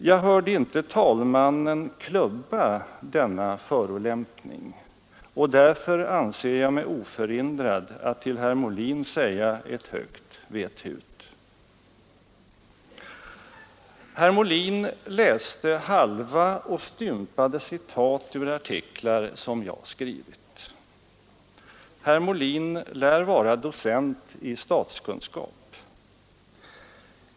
Jag hörde inte talmannen klubba denna förolämpning, och därför anser jag mig oförhindrad att till herr Molin säga ett högt: Vet hut! Herr Molin läste halva och stympade citat ur artiklar som jag skrivit. Herr Molin lär vara docent i statskunskap.